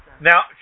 Now